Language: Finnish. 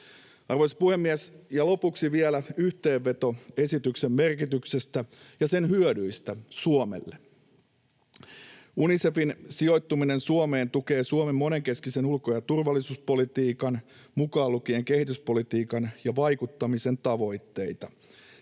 Arvoisa puhemies! Lopuksi vielä yhteenveto esityksen merkityksestä ja sen hyödyistä Suomelle. Unicefin sijoittuminen Suomeen tukee Suomen monenkeskisen ulko- ja turvallisuuspolitiikan — mukaan lukien kehityspolitiikan ja vaikuttamisen — tavoitteita